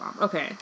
Okay